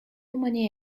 many